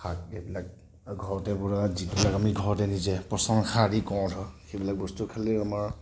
শাক এইবিলাক ঘৰতে বনোৱা যিবিলাক আমি ঘৰতে নিজে পচন সাৰ দি কৰোঁ ধৰক সেইবিলাক বস্তু খালে আমাৰ